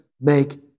make